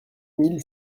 mille